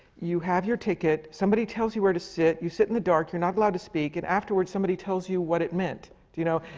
you have your ticket, somebody tells you where to sit, you sit in the dark, you're not allowed to speak, and afterwards somebody tells you what it meant, do you know?